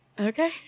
Okay